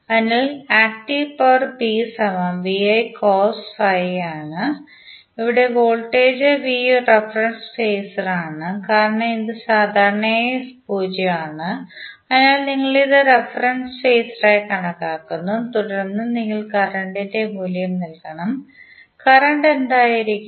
അതിനാൽ active power P VI cos φ ആണ് ഇവിടെ വോൾട്ടേജ് V ഒരു റഫറൻസ് ഫേസ്റാണ് കാരണം ഇത് സാധാരണയായി 0 ആണ് അതിനാൽ നിങ്ങൾ ഇത് ഒരുറഫറൻസ് ഫേസ്റായി കണക്കാക്കുന്നു തുടർന്ന് നിങ്ങൾ കറന്റിന്റെ മൂല്യം നൽകണം കറന്റ് എന്തായിരിക്കും